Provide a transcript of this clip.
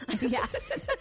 Yes